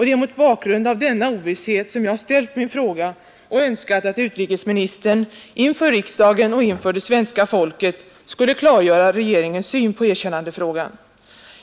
Det är mot bakgrund av denna ovisshet som jag har ställt min fråga och önskat att utrikesministern för riksdagen och inför svenska folket skulle klargöra regeringens syn på erkännandefrågan.